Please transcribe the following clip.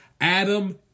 Adam